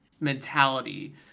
mentality